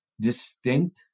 distinct